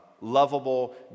lovable